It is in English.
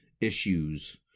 issues